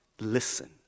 listen